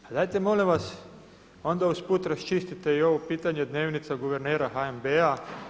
A dajte molim vas onda usput raščistite i ovo pitanje dnevnica guvernera HNB-a.